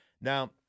Now